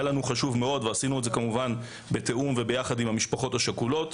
חשוב לנו מאוד ועשינו את זה כמובן בתיאום וביחד עם המשפחות השכולות.